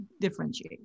differentiate